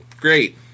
great